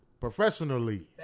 Professionally